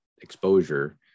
exposure